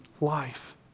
life